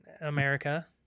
america